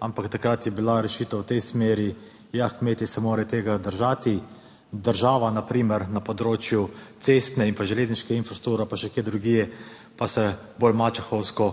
ampak takrat je bila rešitev v tej smeri, ja, kmetje se morajo tega držati, država pa se na primer na področju cestne in železniške infrastrukture in še kje drugje obnaša bolj mačehovsko